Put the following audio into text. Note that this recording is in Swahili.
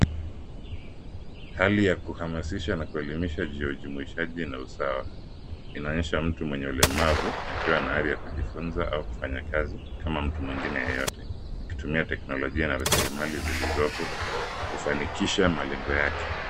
Hali ya kuhamashisha na kuelimisha juu ya ujumishaji na usawa. Inaonyesha mtu mwenye ulemavu akiwa na hali ya kijifunza au kufanya kazi kama mtu wingine yeyote akitumia teknologia na rasilimali zilizoko kufanikisha malengo yake.